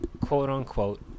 quote-unquote